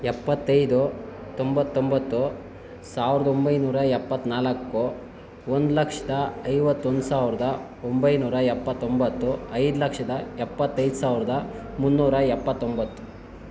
ಎಪ್ಪತ್ತೈದು ತೊಂಬತ್ತೊಂಬತ್ತು ಸಾವ್ರದ ಒಂಬೈನೂರ ಎಪ್ಪತ್ತ್ನಾಲ್ಕು ಒಂದು ಲಕ್ಷದ ಐವತ್ತೊಂದು ಸಾವಿರದ ಒಂಬೈನೂರ ಎಪ್ಪತೊಂಬತ್ತು ಐದು ಲಕ್ಷದ ಎಪ್ಪತ್ತೈದು ಸಾವಿರದ ಮೂನ್ನೂರ ಎಪ್ಪತ್ತೊಂಬತ್ತು